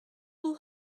will